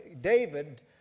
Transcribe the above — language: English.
David